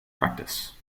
practise